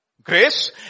Grace